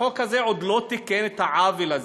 החוק הזה עוד לא תיקן את העוול הזה.